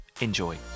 Enjoy